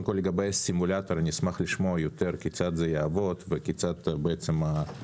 קודם כל לגבי סימולטור אשמח לשמוע יותר כיצד זה יעבוד וכיצד הלקוח